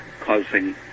causing